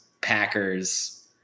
Packers